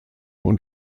und